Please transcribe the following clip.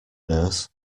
nurse